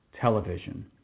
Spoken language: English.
television